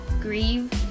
grieve